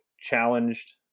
challenged